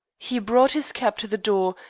he brought his cab to the door,